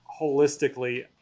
holistically –